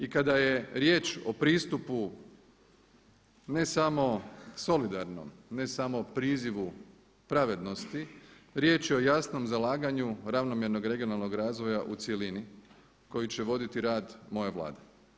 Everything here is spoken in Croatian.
I kada je riječ o pristupu ne samo solidarnom, ne samo prizivu pravednosti riječ je o jasnom zalaganju ravnomjernog regionalnog razvoja u cjelini koji će voditi rad moje Vlade.